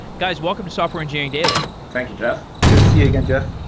guys, welcome to software engineering daily thank you, jeff. good to see you again, jeff.